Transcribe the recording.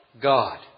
God